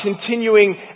continuing